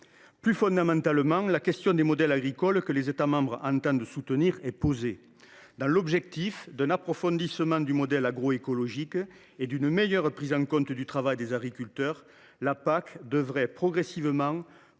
Plus fondamentalement, la question des modèles agricoles que les États membres entendent soutenir se pose. Dans l’objectif d’un approfondissement du modèle agroécologique et d’une meilleure prise en compte du travail des agriculteurs, la PAC devrait progressivement passer